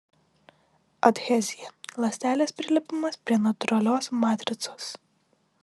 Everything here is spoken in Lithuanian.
adhezija ląstelės prilipimas prie natūralios matricos